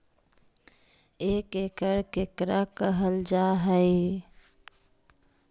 एक एकड़ केकरा कहल जा हइ?